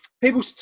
people